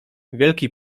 wielki